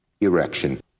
Erection